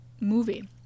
movie